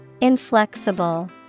Inflexible